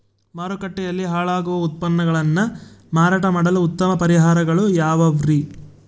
ಮಾರುಕಟ್ಟೆಯಲ್ಲಿ ಹಾಳಾಗುವ ಉತ್ಪನ್ನಗಳನ್ನ ಮಾರಾಟ ಮಾಡಲು ಉತ್ತಮ ಪರಿಹಾರಗಳು ಯಾವ್ಯಾವುರಿ?